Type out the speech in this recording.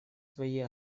свои